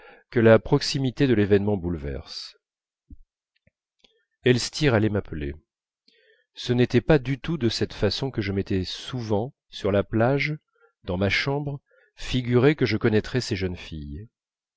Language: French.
que la proximité de l'événement bouleverse elstir allait m'appeler ce n'était pas du tout de cette façon que je m'étais souvent sur la plage dans ma chambre figuré que je connaîtrais ces jeunes filles